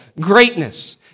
greatness